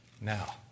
Now